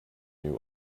new